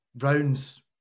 rounds